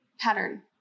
pattern